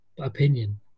opinion